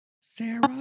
sarah